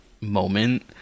moment